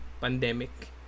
pandemic